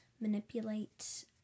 manipulate